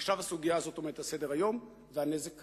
עכשיו הסוגיה הזאת עומדת על סדר-היום, והנזק קיים.